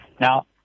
Now